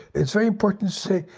it's very important to say,